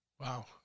Wow